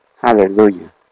Hallelujah